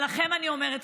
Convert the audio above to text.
אבל לכם אני אומרת,